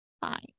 Fine